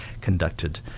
conducted